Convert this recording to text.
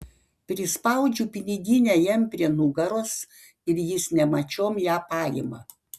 prispaudžiu piniginę jam prie nugaros ir jis nemačiom ją paima